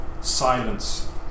Silence